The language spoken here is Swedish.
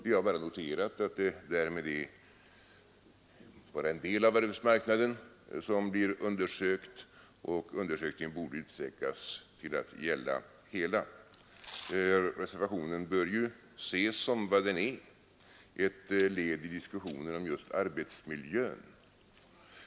Vi har bara noterat att det därmed endast är en del av arbetsmarknaden som är undersökt, och undersökningen borde utsträckas till att gälla hela arbetsmarknaden. Reservationen bör ses som vad den är — ett led i diskussionen om arbetsmiljön.